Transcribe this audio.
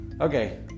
Okay